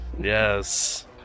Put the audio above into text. Yes